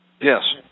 Yes